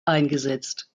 eingesetzt